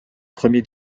premiers